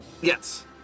Yes